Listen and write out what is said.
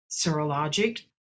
serologic